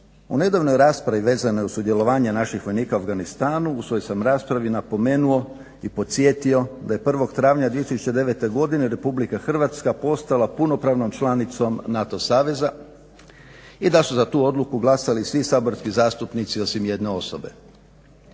U nedavnoj raspravi vezano uz sudjelovanje naših vojnika u Afganistanu, u svojoj sam raspravi napomenuo i podsjetio da je 1. travnja 2009. godine Republika Hrvatska postala punopravnom članicom NATO saveza, i da su za tu odluku glasali svi saborski zastupnici osim jedne osobe.